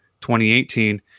2018